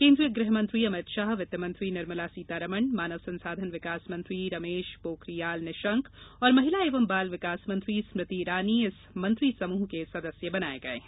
केन्द्रीय गृह मंत्री अमित शाह वित्त मंत्री निर्मला सीतारमन मानव संसाधन विकास मंत्री रमेश पोखरियाल निशंक और महिला एवं बाल विकास मंत्री स्मृति ईरानी इस मंत्री समूह के सदस्य बनाए गए हैं